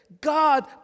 God